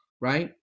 right